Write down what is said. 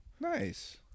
Nice